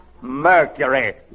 Mercury